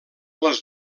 les